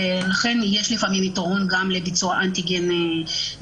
לכן לפעמים יש יתרון גם לביצוע בדיקת